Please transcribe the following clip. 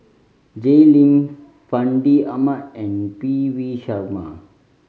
Jay Lim Fandi Ahmad and P V Sharma